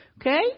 okay